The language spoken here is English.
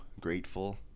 grateful